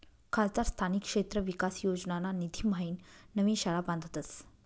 खासदार स्थानिक क्षेत्र विकास योजनाना निधीम्हाईन नवीन शाळा बांधतस